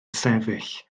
sefyll